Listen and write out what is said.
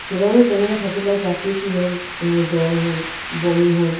ছুগাৰটো তেনেকৈ থাকিলত ৰাতি কি হ'ল তেওঁৰ জ্বৰ হ'ল বমি হ'ল